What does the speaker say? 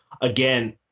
again